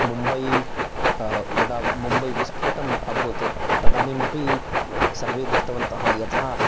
मुम्बै यदा मुम्बै विष्फोटम् अभूत् तदानिमपि सर्वे दृष्टवन्तः यथा